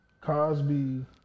Cosby